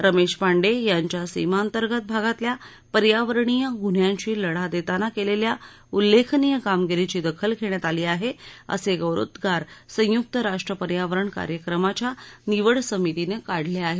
रमेश पांड्ये यांच्या सीमांतर्गत भागातल्या पर्यावरणीय गुन्ह्यांशी लढा देताना केलेल्या उल्लेखनीय कामगिरीची दखल घेण्यात आली आहे असे गौरवोद्गार संयुक्त राष्ट्र पर्यावरण कार्यक्रमाच्या निवड समितीनं काढले आहेत